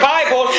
Bible